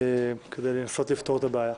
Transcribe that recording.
כדי לנסות לפתור את הבעיה.